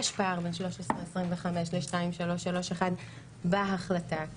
יש פער בין 1325 ל-2331 בהחלטה.